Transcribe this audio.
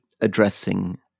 addressing